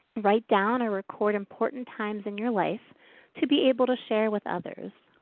write down or record important times in your life to be able to share with others.